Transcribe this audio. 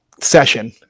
session